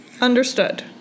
Understood